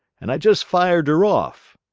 and i just fired her off.